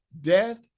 death